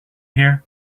here